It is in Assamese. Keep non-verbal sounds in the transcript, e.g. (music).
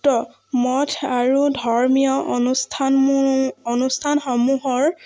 (unintelligible) মঠ আৰু ধৰ্মীয় অনুষ্ঠানসমূহ অনুষ্ঠানসমূহৰ